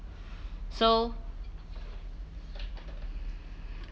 so